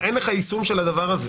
אין לך יישום של זה.